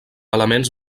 elements